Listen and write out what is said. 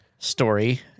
story